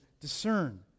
discern